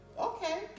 okay